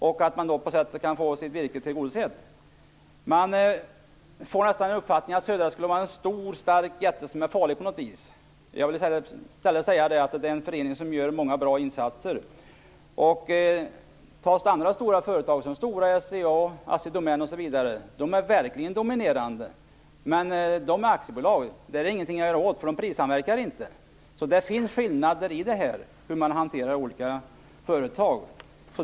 På så sätt kunde de få sitt virkesbehov tillgodosett. Man får nästan uppfattningen att Södra skulle vara en stor stark jätte, som är farlig på något vis. Jag vill i stället säga att det är en förening som gör många bra insatser. Ta som exempel andra stora företag, Stora, SCA, Assi Domän, de är verkligen dominerande. Men de är aktiebolag. Dem är det inget att göra åt, för de prissamverkar inte. Det finns skillnader i hur man hanterar olika företag.